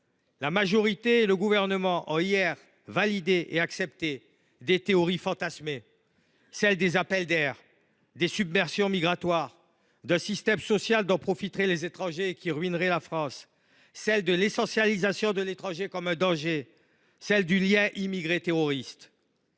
La majorité et le Gouvernement ont hier validé des théories fantasmées : celles des appels d’air, des submersions migratoires, d’un système social dont profiteraient les étrangers au point de ruiner la France, celles de l’essentialisation de l’étranger comme un danger, du lien entre immigré et terroriste.